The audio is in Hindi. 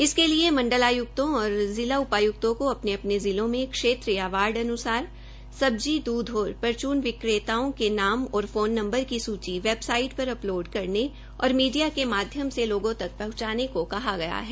इसके लिए मंडल आयुक्तों और जिला उपायुक्तों को अपने अपने जिलो मे क्षेत्र या वार्ड अनुसार सब्जी दूध और परचून विक्रता के नाम और फोन नंबर की सूची वेबसाइट पर अपलोड करने और मीडिया के माध्य से लोगों तक पहचाने को कहा गया है